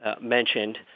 mentioned